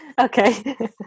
Okay